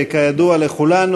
כידוע לכולנו,